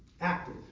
Active